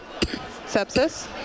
sepsis